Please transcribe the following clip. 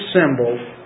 symbol